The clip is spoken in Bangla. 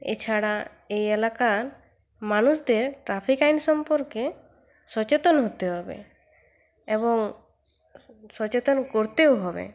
এছাড়া এই এলাকার মানুষদের ট্রাফিক আইন সম্পর্কে সচেতন হতে হবে এবং সচেতন করতেও হবে